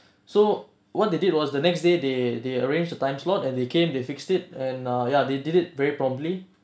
so what they did was the next day they they arrange a time slot and they came they fixed it and ah ya they did it very promptly